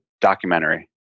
documentary